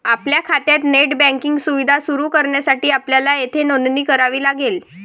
आपल्या खात्यात net banking सुविधा सुरू करण्यासाठी आपल्याला येथे नोंदणी करावी लागेल